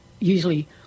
usually